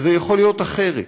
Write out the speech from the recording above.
שזה יכול להיות אחרת,